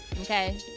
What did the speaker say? Okay